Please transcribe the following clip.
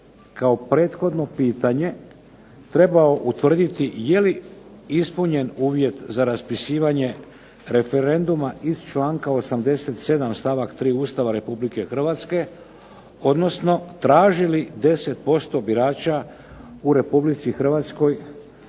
kao prethodno pitanje trebao utvrditi je li ispunjen uvjet za raspisivanje referenduma iz članka 87. stavak 3. Ustava Republike Hrvatske, odnosno traži li 10% birača u Republici Hrvatskoj